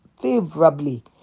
favorably